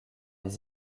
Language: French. les